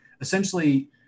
essentially